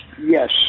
Yes